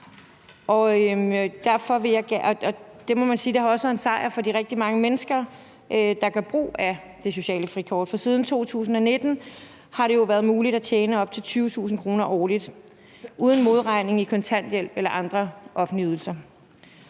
også har været en sejr for de rigtig mange mennesker, der gør brug af det sociale frikort. For siden 2019 har det jo været muligt at tjene op til 20.000 kr. årligt uden modregning i kontanthjælp eller andre offentlige ydelser.